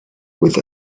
with